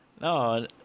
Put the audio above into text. No